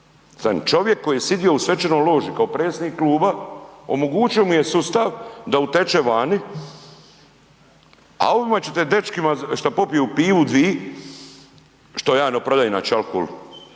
Čovjek koji je sidio u svečanoj loži, kao predsjednik kluba omogućio mu je sustav da uteče vani, a ovima čete dečkima šta popiju pivu dvi, što ja ne opravdajem inače,